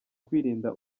kwirinda